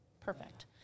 Perfect